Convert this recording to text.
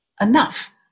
enough